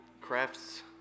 crafts